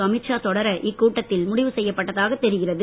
அமீத் ஷா தொடர இக்கூட்டத்தில் முடிவு செய்யப்பட்டதாக தெரிகிறது